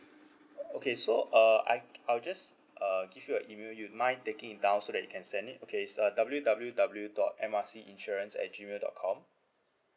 okay so uh I I'll just uh give you a email you mind taking it down so that you can send it okay it's uh W_W_W dot M R C insurance at gmail dot com